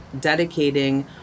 dedicating